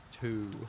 Two